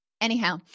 Anyhow